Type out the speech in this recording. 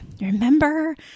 Remember